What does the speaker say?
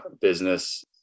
business